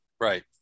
Right